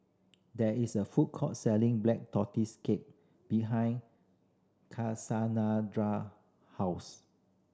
there is a food court selling Black Tortoise Cake behind house